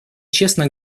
честно